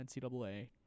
NCAA